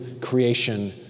creation